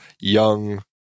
young